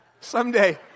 someday